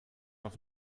auf